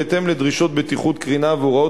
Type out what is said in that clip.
בהתאם לדרישות בטיחות קרינה והוראות